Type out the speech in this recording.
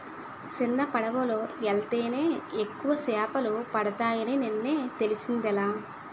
సిన్నపడవలో యెల్తేనే ఎక్కువ సేపలు పడతాయని నిన్నే తెలిసిందిలే